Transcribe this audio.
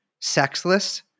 sexless